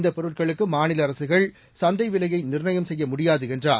இந்தப் பொருட்களுக்குமாநிலஅரசுகள் சந்தைவிலையைநிர்ணயம் செய்யமுடியாதுஎன்றார்